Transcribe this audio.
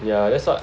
yeah that's what